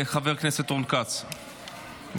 חבר הכנסת רון כץ, בבקשה.